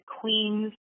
queens